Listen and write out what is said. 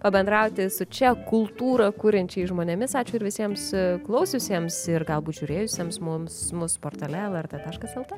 pabendrauti su čia kultūrą kuriančiais žmonėmis ačiū ir visiems klausiusiems ir galbūt žiūrėjusiems mums mus portale lrt taškas lt